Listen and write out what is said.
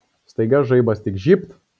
staiga žaibas tik žybt